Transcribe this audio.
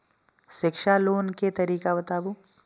शिक्षा लोन के तरीका बताबू?